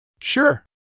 Sure